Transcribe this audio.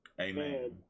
amen